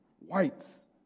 whites